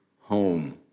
home